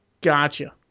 Gotcha